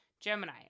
Gemini